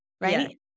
Right